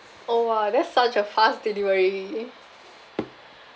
oh !wah! that's such a fast delivery